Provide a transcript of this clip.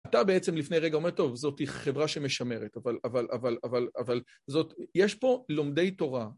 אתה בעצם לפני רגע אומר, טוב, זאת חברה שמשמרת, אבל, אבל, אבל, אבל, אבל, זאת, יש פה לומדי תורה.